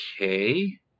Okay